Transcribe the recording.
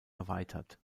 erweitert